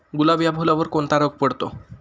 गुलाब या फुलावर कोणता रोग पडतो?